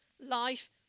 life